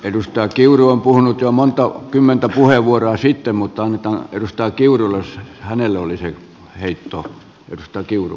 edustaja kiuru on puhunut jo monta kymmentä puheenvuoroa sitten mutta annetaan edustaja kiurulle jos hänelle oli se heitto